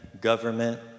government